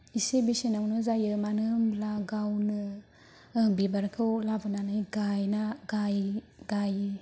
एसे बेसेनावनो जायो मानो होनब्ला गावनो बिबारखौ लाबोनानै गाइना गाइ गाइ